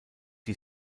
die